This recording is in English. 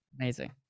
Amazing